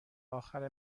آخر